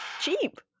cheap